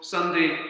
Sunday